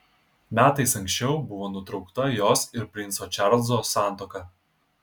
metais anksčiau buvo nutraukta jos ir princo čarlzo santuoka